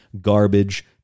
garbage